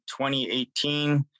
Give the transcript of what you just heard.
2018